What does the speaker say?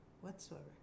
whatsoever